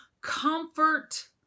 comfort